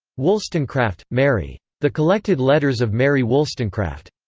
wollstonecraft, mary. the collected letters of mary wollstonecraft.